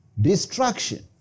destruction